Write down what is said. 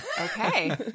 okay